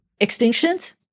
extinctions